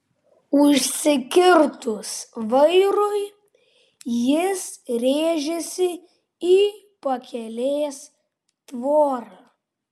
užsikirtus vairui jis rėžėsi į pakelės tvorą